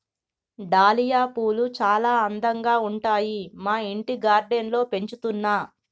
dahlia పూలు చాల అందంగా ఉంటాయి మా ఇంటి గార్డెన్ లో పెంచుతున్నా